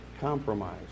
compromise